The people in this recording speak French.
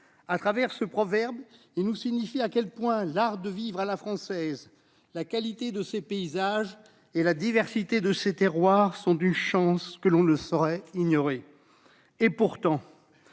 Au travers de ce proverbe, ils nous signifient à quel point l'art de vivre à la française, la qualité des paysages de notre pays et la diversité de ses terroirs sont une chance que l'on ne saurait ignorer. Pourtant,